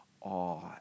awe